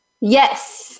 Yes